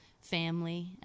family